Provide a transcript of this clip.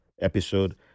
episode